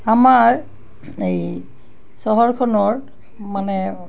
আমাৰ এই চহৰখনৰ মানে